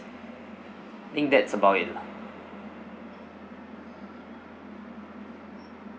think that's about it lah